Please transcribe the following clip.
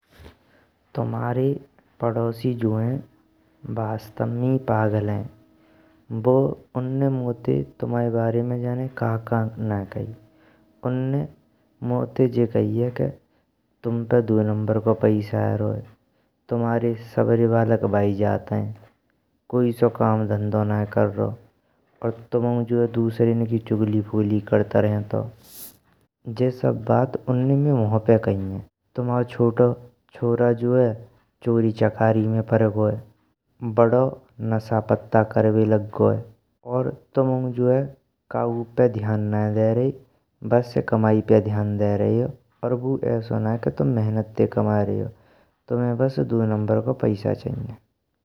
तुम्हारे पड़ोसी जो हैं वास्तव में ही पागल हैं। बू उन्हें मोटे तुम्हारे बारे में नए जाने काहाँ कहाँ नाईये खाईये उन्हें मोटे जी कही है के तुमपे दोय नंबर को पैसा आ रहो है। तुम्हारे सबरे बालक बे जात हैं कोई सो काम धंधो नाईये कर रही। और तुम्हेहु दूसरे ने की चुगली फुगली करते रहेंतो जी सब बात उन्हें माईये मोह पे खाईये हाँ, तुम्हाओ छोटो छोरा जो है चोरी चकारी में पड़ गयो है बड़ो नशा पता करबे लग गयो है। और तुमाहु जो है कयूपे ध्यान नाईये धेराईये बस कमाई पे ध्यान दे रहे हो ऐस्सो नाईये के तुम मेहनत ते कमाये रहे हो तुम्हें बस दोय नंबर को पैसा चाहिये।